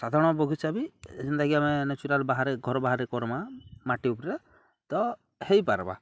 ସାଧାରଣ ବଗିଚା ବି ଯେନ୍ତାକି ଆମେ ନେଚୁରାଲ୍ ବାହାରେ ଘର ବାହାରେ କର୍ମା ମାଟି ଉପରେ ତ ହେଇପାରବା